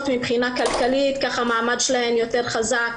מבחינה כלכלית אז המעמד שלהן חזק יותר,